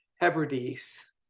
Hebrides